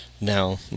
Now